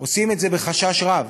עושים את זה בחשש רב,